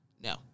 no